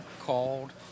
called